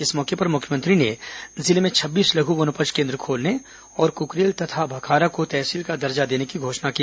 इस मौके पर मुख्यमंत्री ने जिले में छब्बीस लघु वनोपज केंद्र खोलने और कुकरेल तथा भखारा को तहसील का दर्जा देने की घोषणा की